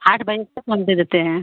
आठ बजे तक हम दे देते हैं